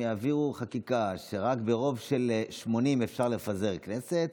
יעבירו חקיקה שרק ברוב של 80 אפשר לפזר כנסת,